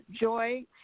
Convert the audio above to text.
joy